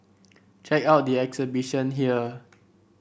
check out the exhibition here